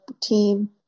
team